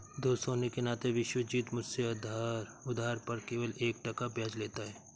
दोस्त होने के नाते विश्वजीत मुझसे उधार पर केवल एक टका ब्याज लेता है